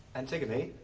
antigone?